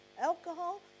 alcohol